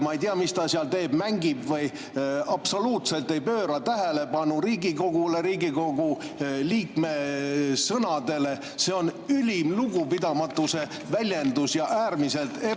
Ma ei tea, mis ta seal teeb, kas mängib või ... Ta absoluutselt ei pööra tähelepanu Riigikogule, Riigikogu liikme sõnadele. See on ülim lugupidamatuse väljendus ja äärmiselt ebaviisakas